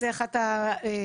זו אחת המלחמות.